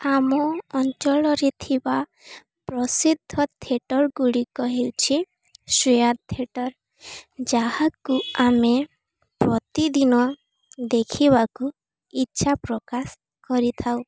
ଆମ ଅଞ୍ଚଳରେ ଥିବା ପ୍ରସିଦ୍ଧ ଥିଏଟର ଗୁଡ଼ିକ ହେଉଛି ଶ୍ରେୟା ଥିଏଟର ଯାହାକୁ ଆମେ ପ୍ରତିଦିନ ଦେଖିବାକୁ ଇଚ୍ଛା ପ୍ରକାଶ କରିଥାଉ